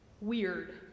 weird